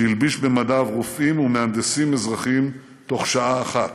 שהלביש במדיו רופאים ומהנדסים אזרחיים תוך שעה אחת.